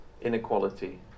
inequality